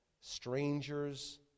Strangers